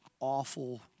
awful